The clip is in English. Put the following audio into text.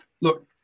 Look